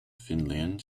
finland